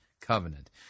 covenant